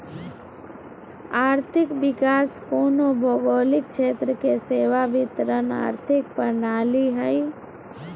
आर्थिक विकास कोनो भौगोलिक क्षेत्र के सेवा वितरण आर्थिक प्रणाली हइ